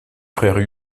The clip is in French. frères